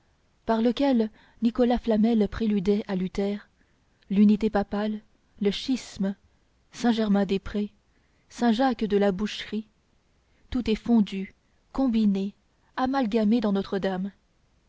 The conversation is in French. par lequel nicolas flamel préludait à luther l'unité papale le schisme saint-germain-des-prés saint jacques de la boucherie tout est fondu combiné amalgamé dans notre-dame